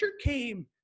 came